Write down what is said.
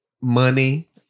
money